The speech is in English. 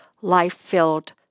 life-filled